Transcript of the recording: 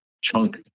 chunk